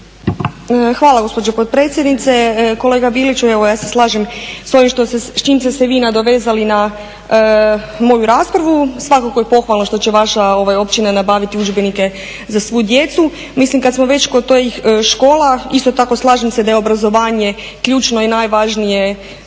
Hvala gospođo potpredsjednice. Kolega Biliću ja se slažem s ovim s čim ste se vi nadovezali na moju raspravu. Svakako je pohvalno što će vaša općina nabaviti udžbenike za svu djecu. Mislim kad smo već kod tih škola isto tako slažem se da je obrazovanje ključno i najvažniji